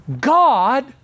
God